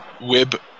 Web